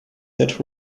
that